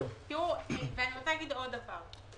אני רוצה להגיד עוד דבר.